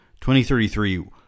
2033